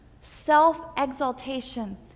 Self-exaltation